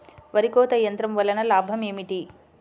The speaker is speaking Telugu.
వరి కోత యంత్రం వలన లాభం ఏమిటి?